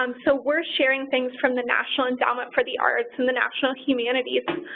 um so we're sharing things from the national endowment for the arts and the national humanities.